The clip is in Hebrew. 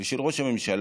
ושל ראש הממשלה,